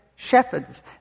Shepherds